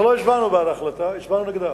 אנחנו לא הצבענו בעד ההחלטה, הצבענו נגדה.